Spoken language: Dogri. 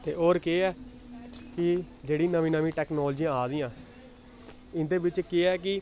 ते होर केह् ऐ कि जेह्ड़ी नमीं नमीं टैक्नालोजियां आ दियां इं'दे बिच्च केह् ऐ कि